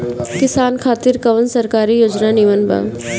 किसान खातिर कवन सरकारी योजना नीमन बा?